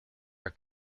are